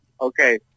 Okay